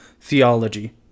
theology